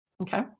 Okay